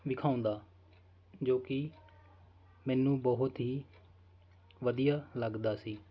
ਵਿਖਾਉਂਦਾ ਜੋ ਕਿ ਮੈਨੂੰ ਬਹੁਤ ਹੀ ਵਧੀਆ ਲੱਗਦਾ ਸੀ